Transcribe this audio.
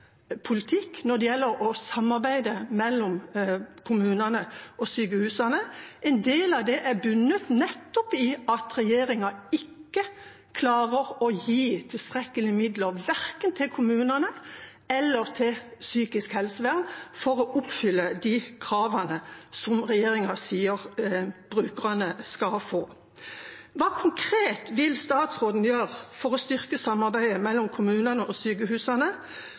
politikk når det gjelder samarbeid kommunene og sykehusene imellom. En del av det bunner i at regjeringa ikke klarer å gi tilstrekkelige midler verken til kommunene eller til psykisk helsevern for å oppfylle de kravene som regjeringa sier brukerne skal få innfridd. Hva konkret vil statsråden gjøre for å styrke samarbeidet mellom kommunene og sykehusene